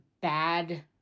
bad